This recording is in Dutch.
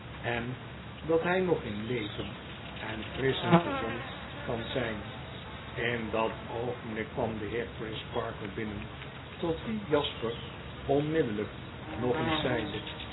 en dat hy nog in leven en frisch en gezond kan zyn i in dat oogenblik kwam de heer crisparkle binnen tot wien jasper onmiddellijk nog eens zeide